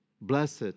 Blessed